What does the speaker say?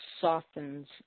softens